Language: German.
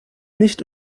nicht